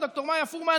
וד"ר מאיה פורמן